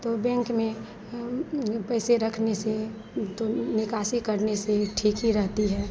तो बैंक में पैसे रखने से तो निकासी करने से ठीक ही रहती है